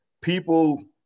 people